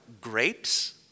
grapes